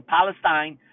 Palestine